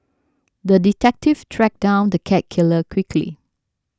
the detective tracked down the cat killer quickly